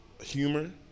humor